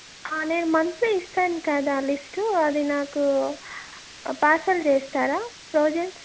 నేను మంత్లి ఇస్తాను కదా లిస్టు అది నాకు పార్సెల్ చేస్తారా ప్రొవిజన్స్